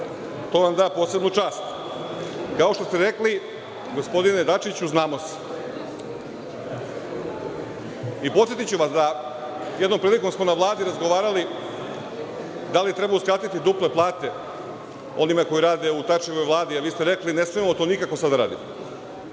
to vam da posebnu čast. Kao što ste rekli, gospodine Dačiću – znamo se. Podsetiću vas da jednom prilikom smo na Vladi razgovarali da li treba uskratiti duple plate onima koji rade u Tačijevoj Vladi, vi ste rekli – ne smemo nikako to sada